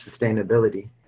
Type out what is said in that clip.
sustainability